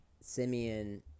Simeon